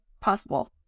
possible